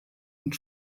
und